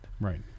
Right